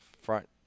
Front